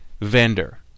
vendor